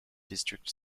district